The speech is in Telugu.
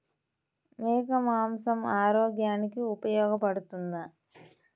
మేక మాంసం ఆరోగ్యానికి ఉపయోగపడుతుందా?